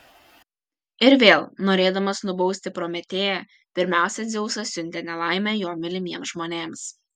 ir vėl norėdamas nubausti prometėją pirmiausia dzeusas siuntė nelaimę jo mylimiems žmonėms